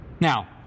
Now